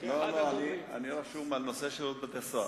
לא, אני רשום לנושא שירות בתי-הסוהר.